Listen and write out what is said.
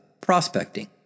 prospecting